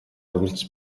үргэлж